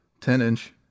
10-inch